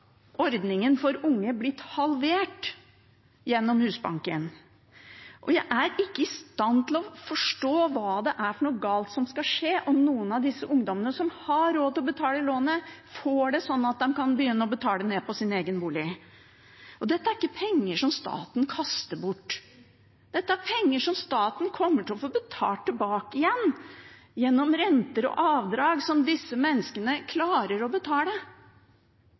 ikke i stand til å forstå hva det er for noe galt som skal skje om noen av disse ungdommene, som har råd til å betale lånet, får det sånn at de kan begynne å betale ned på sin egen bolig. Dette er ikke penger som staten kaster bort. Dette er penger som staten kommer til å få betalt tilbake igjen gjennom renter og avdrag som disse menneskene klarer å betale.